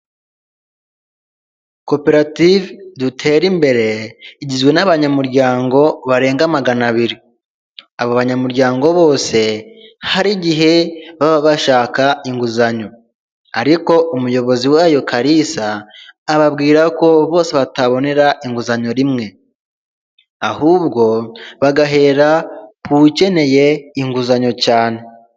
Koperative dutere imbere igizwe n'abanyamuryango barenga magana abiri, abo banyamuryango bose hari igihe baba bashaka inguzanyo ariko umuyobozi wayo Kalisa ababwira ko bose batabora inguzanyo rimwe ahubwo bagahera kuw'ukeneye inguzanyo cyane.